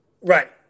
Right